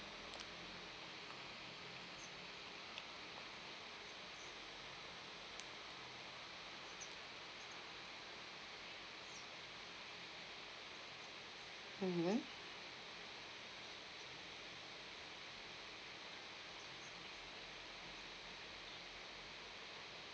mmhmm